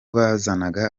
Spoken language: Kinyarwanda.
bazanaga